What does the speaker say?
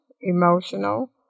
emotional